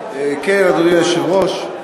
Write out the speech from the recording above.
אדוני היושב-ראש,